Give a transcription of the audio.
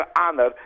honor